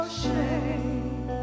shame